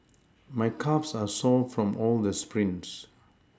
my calves are sore from all the sprints